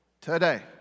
today